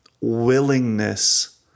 willingness